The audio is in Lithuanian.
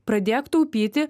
pradėk taupyti